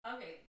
Okay